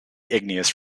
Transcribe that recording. igneous